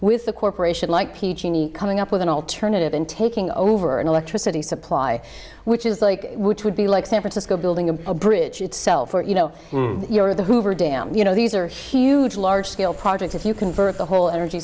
with a corporation like coming up with an alternative and taking over an electricity supply which is like which would be like san francisco building a bridge itself you know you're the hoover dam you know these are huge large scale projects if you convert the whole energy